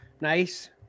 nice